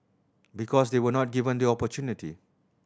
because they were not given the opportunity